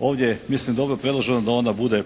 ovdje je mislim dobro predloženo da onda bude